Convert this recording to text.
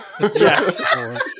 Yes